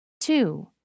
Two